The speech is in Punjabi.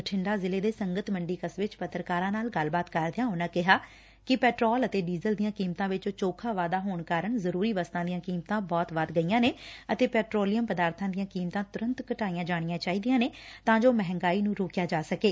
ਬਠਿੰਡਾ ਜ਼ਿਲੇ ਦੇ ਸੰਗਤ ਮੰਡੀ ਕਸਬੇ ਚ ਪੱਤਰਕਾਰਾਂ ਨਾਲ ਗੱਲਬਾਤ ਕਰਦਿਆਂ ਉਨਾਂ ਕਿਹਾ ਕਿ ਪੈਟਰੋਲ ਤੇ ਡੀਜ਼ਲ ਦੀਆਂ ਕੀਮਤਾਂ ਵਿਚ ਚੋਖਾ ਵਾਧਾ ਹੋਣ ਕਾਰਨ ਜ਼ਰੁਰੀ ਵਸਤਾਂ ਦੀਆਂ ਕੀਮਤਾਂ ਬਹੁਤ ਵੱਧ ਗਈਆਂ ਨੇ ਤੇ ਪੈਟਰੋਲੀਅਮ ਪਦਾਰਬਾਂ ਦੀਆਂ ਕੀਮਤਾਂ ਡੁਰੰਤ ਘਟਾਈਆਂ ਜਾਣੀਆਂ ਚਾਹੀਦੀਆਂ ਨੇ ਤਾਂ ਜੋ ਮਹਿੰਗਾਈ ਨੂੰ ਰੋਕਿਆ ਜਾ ਸਕੇ